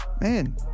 man